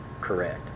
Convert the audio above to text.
correct